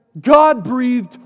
God-breathed